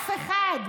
אף אחד,